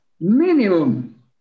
minimum